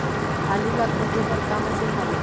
आलू ला खोदे बर का मशीन हावे?